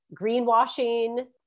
greenwashing